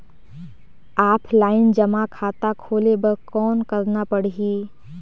Offline जमा खाता खोले बर कौन करना पड़ही?